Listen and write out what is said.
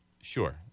sure